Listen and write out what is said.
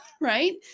Right